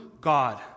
God